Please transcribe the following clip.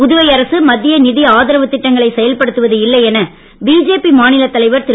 புதுவை அரசு மத்திய நிதி ஆதரவுத் திட்டங்களை செயல்படுத்துவது இல்லை என பிஜேபி மாநிலத் தலைவர் திரு